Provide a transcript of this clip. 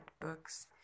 books